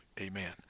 amen